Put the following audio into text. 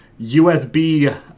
USB